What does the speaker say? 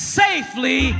safely